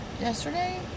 yesterday